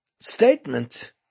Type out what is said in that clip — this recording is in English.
statement